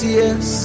yes